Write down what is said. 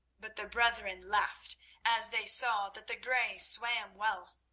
but the brethren laughed as they saw that the grey swam well,